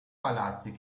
palazzi